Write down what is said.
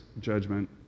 judgment